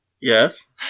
Yes